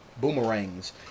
boomerangs